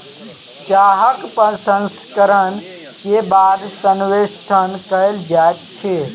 चाहक प्रसंस्करण के बाद संवेष्टन कयल जाइत अछि